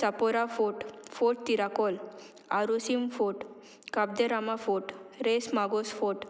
Chapora fort fort Tiracol Arossim fort Cabo de Rama fort Reis Magos fort